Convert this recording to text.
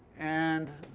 and